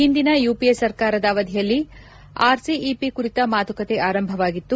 ಹಿಂದಿನ ಯುಪಿಎ ಸರ್ಕಾರದ ಅವಧಿಯಲ್ಲಿ ಆರ್ಸಿಇಪಿ ಕುರಿತ ಮಾತುಕತೆ ಆರಂಭವಾಗಿತ್ತು